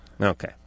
Okay